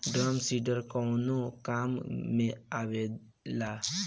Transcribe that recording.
Drum seeder कवने काम में आवेला?